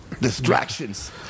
Distractions